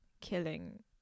killing